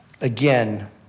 again